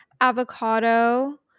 avocado